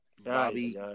Bobby